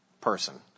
person